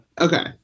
Okay